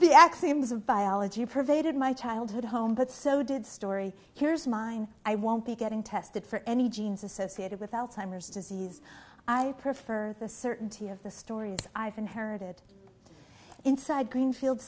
axioms of biology pervaded my childhood home but so did story here's mine i won't be getting tested for any genes associated with alzheimer's disease i prefer the certainty of the stories i've inherited inside greenfield